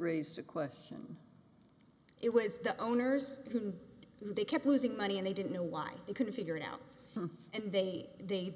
raised the question it was the owners who they kept losing money and they didn't know why they couldn't figure it out and they they'd